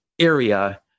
area